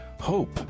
Hope